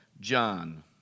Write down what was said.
john